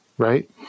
Right